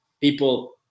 people